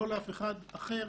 לא לאף אחד אחר.